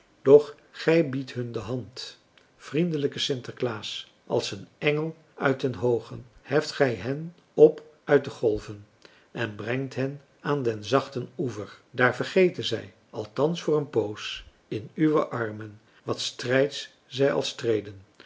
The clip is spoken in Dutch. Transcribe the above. doch gij biedt hun de hand vriendelijke sinterklaas als een engel uit den hoogen heft gij hen op uit de golven en brengt hen aan den zachten oever daar vergeten zij althans voor een poos in uwe armen wat strijds zij al streden